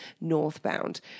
northbound